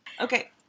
Okay